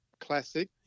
Classic